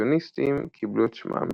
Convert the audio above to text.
האימפרסיוניסטים קיבלו את שמם,